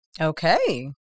Okay